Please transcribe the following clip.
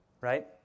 right